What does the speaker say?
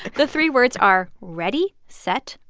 the three words are ready, set,